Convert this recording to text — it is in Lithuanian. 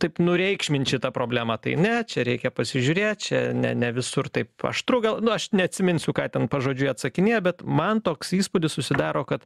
taip nureikšmint šitą problemą tai ne čia reikia pasižiūrėt čia ne ne visur taip aštru gal nu aš neatsiminsiu ką ten pažodžiui atsakinėja bet man toks įspūdis susidaro kad